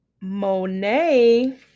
Monet